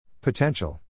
Potential